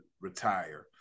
retire